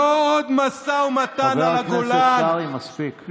לא עוד משא ומתן על הגולן, חבר הכנסת קרעי, מספיק.